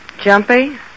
Jumpy